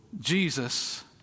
Jesus